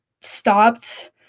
stopped